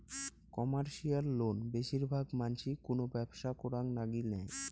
commercial loan বেশির ভাগ মানসি কুনো ব্যবসা করাং লাগি নেয়